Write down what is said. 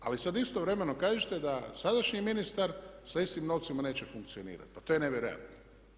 Ali sada istovremeno kažete da sadašnji ministar sa istim novcima neće funkcionirati, pa to je nevjerojatno.